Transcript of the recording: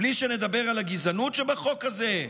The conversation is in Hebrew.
בלי שנדבר על הגזענות שבחוק הזה?